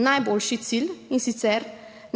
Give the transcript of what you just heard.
najboljši cilj in sicer